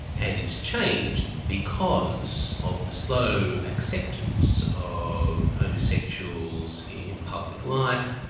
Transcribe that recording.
and it's changed because of the slow acceptance of homosexuals in public life,